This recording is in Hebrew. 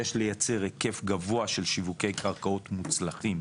יש לייצר היקף גבוה של שיווקי קרקעות מוצלחים